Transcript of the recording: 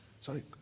Sorry